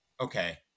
Okay